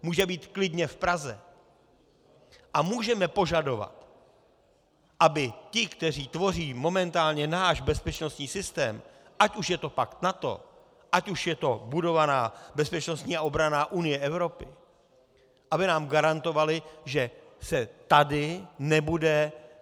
Může být klidně v Praze a můžeme požadovat, aby ti, kteří tvoří momentálně náš bezpečnostní systém, ať už je to pakt NATO, ať už je to budovaná bezpečnostní a obranná unie Evropy, aby nám garantovali, že se tady nebude válčit.